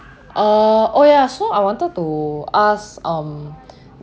err oh ya so I wanted to ask um